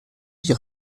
sie